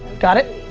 got it.